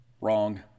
Wrong